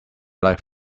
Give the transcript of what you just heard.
like